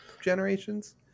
generations